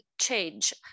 change